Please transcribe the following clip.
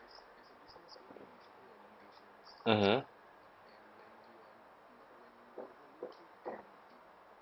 mmhmm